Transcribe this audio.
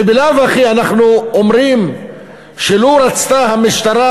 ובלאו הכי אנחנו אומרים שלו רצו המשטרה